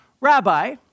Rabbi